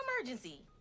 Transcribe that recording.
emergency